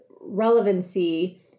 relevancy